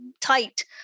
tight